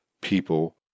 people